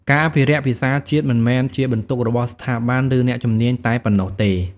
ការអភិរក្សភាសាជាតិមិនមែនជាបន្ទុករបស់ស្ថាប័ន ឬអ្នកជំនាញតែប៉ុណ្ណោះទេ ។